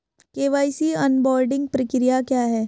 KYC onboarding प्रक्रिया क्या है?